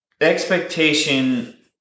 expectation